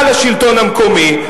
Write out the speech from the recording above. מעל השלטון המקומי,